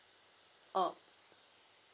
oh